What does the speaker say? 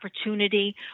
opportunity